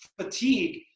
fatigue